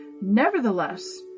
Nevertheless